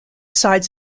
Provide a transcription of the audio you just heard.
sides